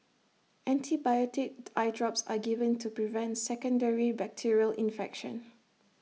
antibiotic eye drops are given to prevent secondary bacterial infection